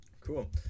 cool